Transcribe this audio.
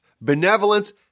benevolence